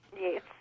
Yes